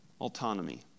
autonomy